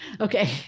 Okay